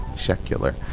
secular